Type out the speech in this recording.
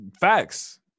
Facts